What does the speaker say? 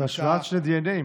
בהשוואת שני דנ"א,